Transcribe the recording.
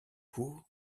cour